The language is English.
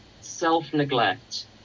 self-neglect